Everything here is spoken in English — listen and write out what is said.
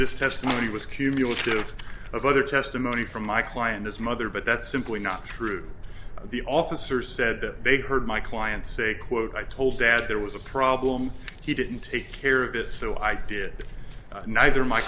this testimony was cumulative of other testimony from my client his mother but that's simply not true the officer said that they heard my client say quote i told dad there was a problem he didn't take care of it so i did neither my